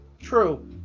True